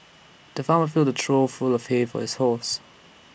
the farmer filled A trough full of hay for his horses